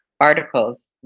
articles